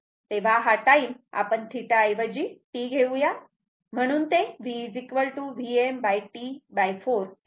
तेव्हा हा टाईम आपण θ ऐवजी T घेऊया म्हणून ते v VmT4 T असे येईल